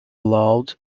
loud